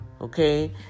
Okay